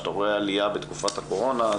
שאתה רואה עלייה בתקופת הקורונה,